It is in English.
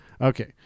Okay